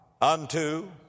unto